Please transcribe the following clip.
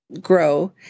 grow